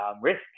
risk